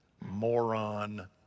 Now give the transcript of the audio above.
Moron